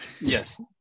yes